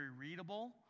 readable